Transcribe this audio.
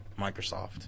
Microsoft